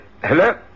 Hello